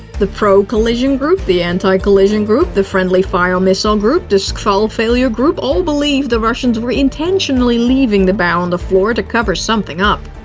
the pro-collision group, the anti-collision group, the friendly-fire missile group, the shkvall failure group, all believed the russians were intentionally leaving the bow on the floor to cover something up.